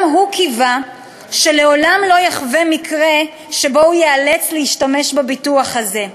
גם הוא קיווה שלעולם לא יחווה מקרה שבו הוא ייאלץ להשתמש בביטוח הזה,